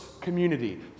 community